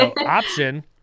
option